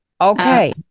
Okay